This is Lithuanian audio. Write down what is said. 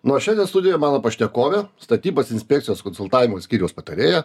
na o šiandien studijoje mano pašnekovė statybos inspekcijos konsultavimo skyriaus patarėja